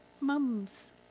mums